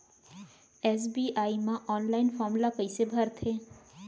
SBI म online form ल कइसे भरथे?